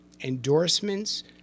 endorsements